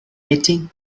eating